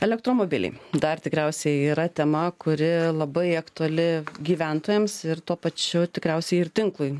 elektromobiliai dar tikriausiai yra tema kuri labai aktuali gyventojams ir tuo pačiu tikriausiai ir tinklui